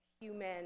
human